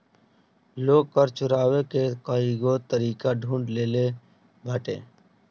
लोग कर चोरावे के कईगो तरीका ढूंढ ले लेले बाटे